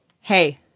hey